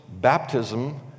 baptism